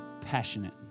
passionate